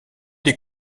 des